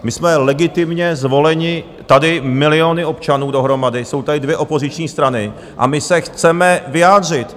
My jsme legitimně zvoleni tady miliony občanů dohromady, jsou tady dvě opoziční strany a my se chceme vyjádřit!